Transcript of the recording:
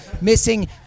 missing